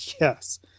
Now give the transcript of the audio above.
Yes